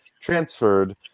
transferred